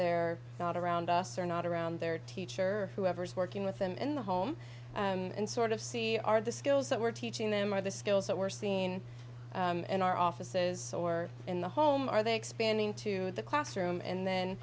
they're not around us or not around their teacher or whoever's working with them in the home and sort of see are the skills that we're teaching them or the skills that we're seeing in our offices or in the home are they expanding to the classroom and then